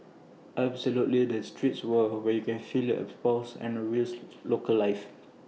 absolutely the streets are where you can feel the pulses of the real local life